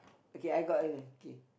okay I got K